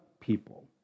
people